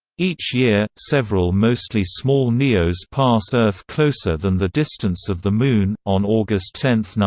each year, several mostly small neos pass earth closer than the distance of the moon on august ten,